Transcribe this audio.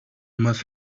must